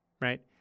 right